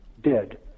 dead